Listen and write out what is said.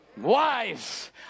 Wives